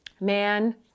Man